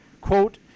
quote